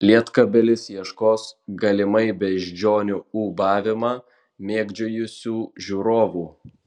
lietkabelis ieškos galimai beždžionių ūbavimą mėgdžiojusių žiūrovų